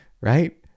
right